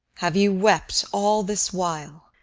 have you wept all this while?